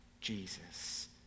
Jesus